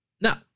Now